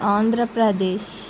Andhra Pradesh